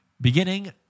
beginning